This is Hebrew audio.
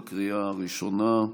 בקריאה הראשונה.